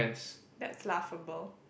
that's laughable